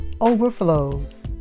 overflows